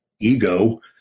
ego